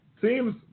seems